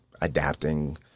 adapting